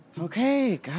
Okay